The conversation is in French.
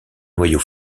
noyau